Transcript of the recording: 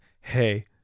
hey